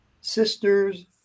sisters